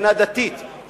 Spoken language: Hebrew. מבחינה דתית,